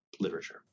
literature